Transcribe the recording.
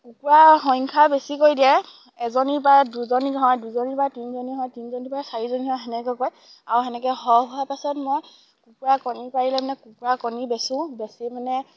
কুকুৰা সংখ্যা বেছি কৰি দিয়ে এজনীৰপৰা দুজনী হয় দুজনীৰপৰা তিনিজনী হয় তিনিজনীৰপৰা চাৰিজনী হয় সেনেকুৱাকৈ আৰু সেনেকৈ সৰহ হোৱাৰ পাছত মই কুকুৰা কণী পাৰিলে মানে কুকুৰা কণী বেচোঁ বেচি মানে